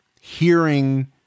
hearing